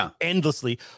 endlessly